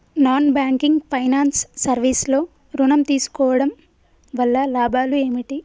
Non banking finance service లో ఋణం తీసుకోవడం వల్ల లాభాలు ఏమిటి?